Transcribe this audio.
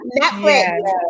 Netflix